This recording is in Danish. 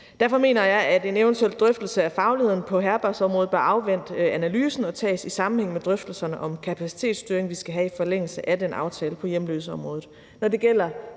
Derfor mener jeg, at en eventuel drøftelse af fagligheden på herbergsområdet bør afvente analysen og tages i sammenhæng med drøftelserne om kapacitetsstyring, som vi skal have i forlængelse af den aftale på hjemløseområdet.